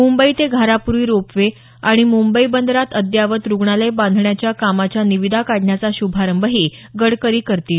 मुंबई ते Gharapuri ropeway आणि मुंबई बंदरात अद्ययावत रुग्णालय बांधण्याच्या कामाच्या निविदा काढण्याचा शुभारंभही गडकरी करतील